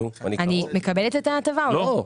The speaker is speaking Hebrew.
אני מקבלת את ההטבה או לא?